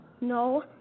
No